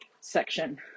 section